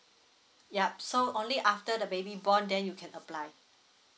yup so only after the baby born then you can apply